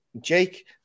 Jake